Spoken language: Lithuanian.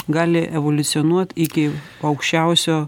gali evoliucionuot iki aukščiausio